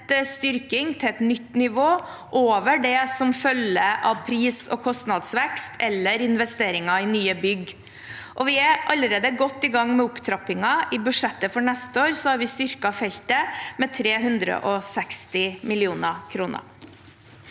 styrking til et nytt nivå, over det som følger av pris- og kostnadsvekst eller investeringer i nye bygg. Vi er allerede godt i gang med opptrappingen. I budsjettet for neste år har vi styrket feltet med 360 mill. kr.